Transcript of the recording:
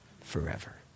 forever